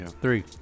Three